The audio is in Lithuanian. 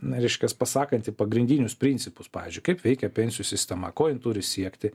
reiškias pasakanti pagrindinius principus pavyzdžiui kaip veikia pensijų sistema ko ji turi siekti